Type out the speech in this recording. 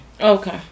Okay